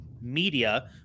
media